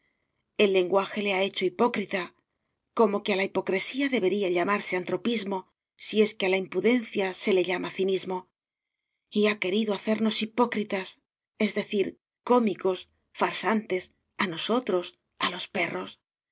el lenguaje le ha hecho hipócrita como que la hipocresía debería llamarse antropismo si es que a la impudencia se le llama cinismo y ha querido hacernos hipócritas es decir cómicos farsantes a nosotros a los perros